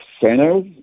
centers